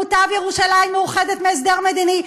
מוטב ירושלים מאוחדת מהסדר מדיני.